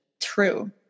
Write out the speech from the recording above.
True